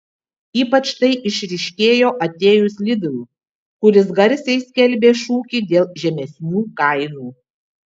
ypač tai išryškėjo atėjus lidl kuris garsiai skelbė šūkį dėl žemesnių kainų